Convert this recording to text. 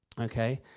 okay